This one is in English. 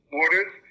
orders